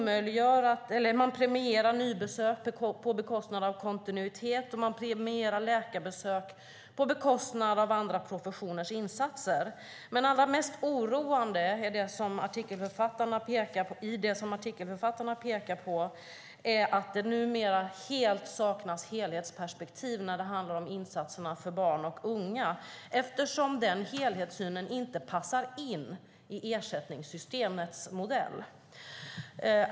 Man premierar nybesök på bekostnad av kontinuitet, och man premierar läkarbesök på bekostnad av andra professioners insatser. Allra mest oroande i det artikelförfattarna pekar på är dock att det numera helt saknas helhetsperspektiv när det handlar om insatserna för barn och unga, eftersom den helhetssynen inte passar in i ersättningssystemets modell.